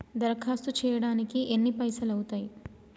దరఖాస్తు చేయడానికి ఎన్ని పైసలు అవుతయీ?